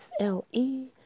SLE